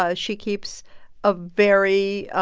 ah she keeps a very